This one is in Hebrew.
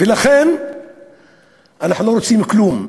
ולכן אנחנו לא רוצים כלום,